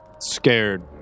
scared